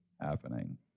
happening